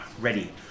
Ready